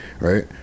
right